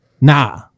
nah